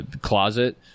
closet